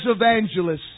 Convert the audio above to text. evangelists